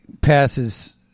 passes